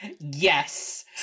Yes